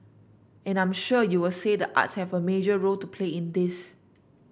and I'm sure you'll say the arts have a major role to play in this